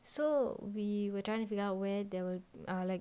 so we were trying to figure out where there were like